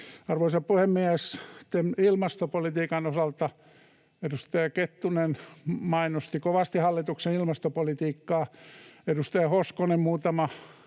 Arvoisa puhemies! Ilmastopolitiikan osalta: Edustaja Kettunen mainosti kovasti hallituksen ilmastopolitiikkaa. Edustaja Hoskonen muutama